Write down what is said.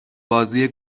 بازی